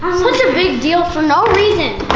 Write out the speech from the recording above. such a big deal for no reason.